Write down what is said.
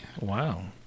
Wow